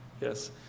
Yes